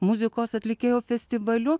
muzikos atlikėjų festivaliu